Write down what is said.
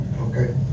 okay